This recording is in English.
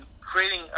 creating